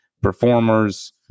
performers